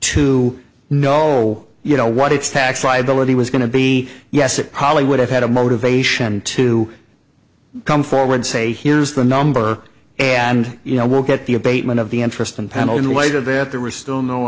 to know you know what its tax liability was going to be yes it probably would have had a motivation to come forward say here's the number and you know work at the abatement of the interest and penalties later that there were still no